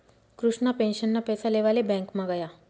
कृष्णा पेंशनना पैसा लेवाले ब्यांकमा गया